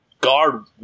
guard